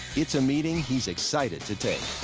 it's a meeting he's excited to take.